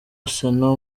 arsenal